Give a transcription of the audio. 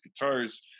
guitars